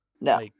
No